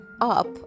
up